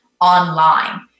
online